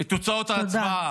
את תוצאות ההצבעה.